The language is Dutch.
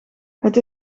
het